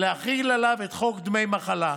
להחיל עליו את חוק דמי מחלה,